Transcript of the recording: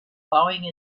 plowing